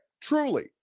truly